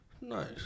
Nice